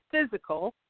physical